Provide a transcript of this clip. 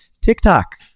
TikTok